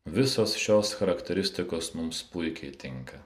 visos šios charakteristikos mums puikiai tinka